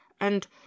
And